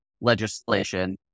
legislation